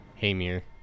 Hamir